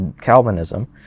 Calvinism